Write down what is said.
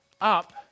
up